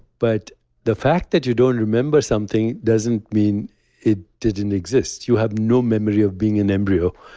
but the fact that you don't remember something doesn't mean it didn't exist. you have no memory of being an embryo.